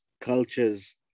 cultures